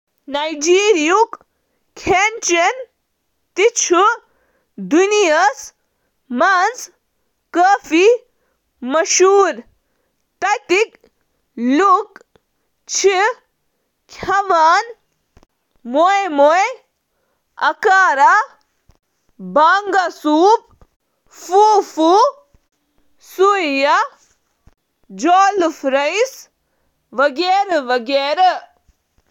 نایجیرِیٲیی ضِیافت چھِ عموٗمَن پروٹینَس سۭتۍ بٔرِتھ آسان، یَتھ منٛز مٹن، چکن، بیف یا گاڈٕ ہِوۍ چیٖز چھِ آسان۔ سمندری غذا یِتھ کٔنۍ زَن کلیم، سنیل، جھینگہٕ، کیکڑٕ، تہٕ پیری وِنکل چھِ مشہوٗر چیٖز یِم سوپ تہٕ سٹوٗہَن منٛز استعمال چھِ یِوان کرنہٕ۔